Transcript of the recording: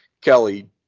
kelly